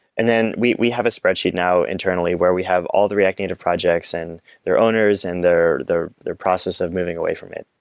and then we we have a spreadsheet now internally where we have all the react native projects and their owners and their the process of moving away from it.